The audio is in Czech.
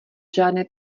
žádné